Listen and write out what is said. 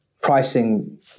pricing